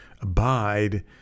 abide